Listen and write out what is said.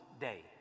Day